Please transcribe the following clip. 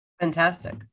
Fantastic